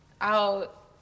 out